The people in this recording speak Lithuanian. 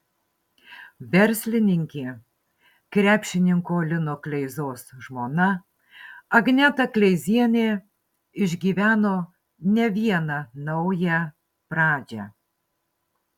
verslininkė krepšininko lino kleizos žmona agneta kleizienė išgyveno ne vieną naują pradžią